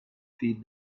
feed